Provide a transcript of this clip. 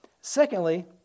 Secondly